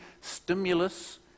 stimulus